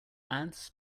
ads